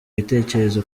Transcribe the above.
ibitekerezo